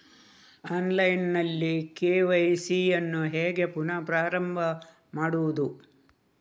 Online ನಲ್ಲಿ KYC ಯನ್ನು ಹೇಗೆ ಪುನಃ ಪ್ರಾರಂಭ ಮಾಡುವುದು?